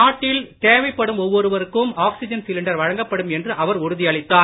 நாட்டில் தேவைப்படும் ஒவ்வொருவருக்கும் ஆக்ஸிஜன் சிலிண்டர் வழங்கப்படும் என்று அவர் உறுதி அளித்தார்